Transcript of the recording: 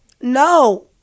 No